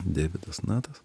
deividas natas